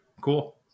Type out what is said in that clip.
cool